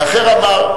אחר אמר: